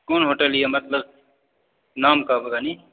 कोन होटल यऽ मतलब नाम कहब कनि